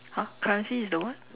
!huh! currency is the what